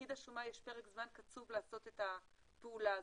לפקיד השומה יש פרק זמן קצוב לעשות את הפעולה הזאת,